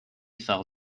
fell